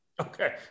Okay